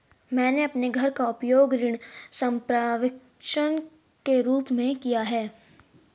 मैंने अपने घर का उपयोग ऋण संपार्श्विक के रूप में किया है